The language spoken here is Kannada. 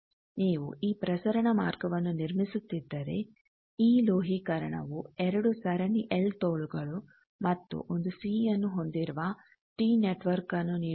ನೀವು ಈ ಪ್ರಸರಣ ಮಾರ್ಗವನ್ನು ನಿರ್ಮಿಸುತ್ತಿದ್ದರೆ ಈ ಲೋಹೀಕರಣವು 2 ಸರಣಿ ಎಲ್ ತೋಳುಗಳು ಮತ್ತು ಒಂದು ಸಿ ಯನ್ನು ಹೊಂದಿರುವ ಟಿ ನೆಟ್ವರ್ಕ್ನ್ನು ನೀಡುತ್ತದೆ